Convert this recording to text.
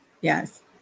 yes